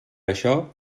això